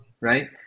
Right